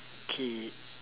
okay